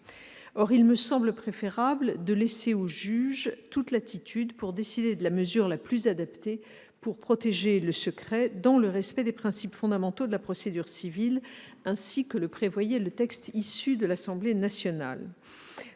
Or il me semble préférable de laisser au juge toute latitude pour décider de la mesure la plus adaptée en vue de protéger le secret dans le respect des principes fondamentaux de la procédure civile, ainsi que le prévoyait le texte issu de l'Assemblée nationale.